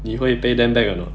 你会 pay them back or not